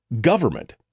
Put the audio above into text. government